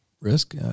risk